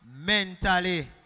mentally